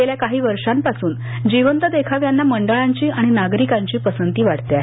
गेल्या काही वर्षांपासून जिवंत देखाव्यांना मंडळांची आणि नागरिकांची पसंती वाढत आहे